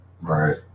Right